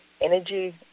energy